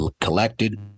collected